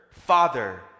Father